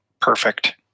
perfect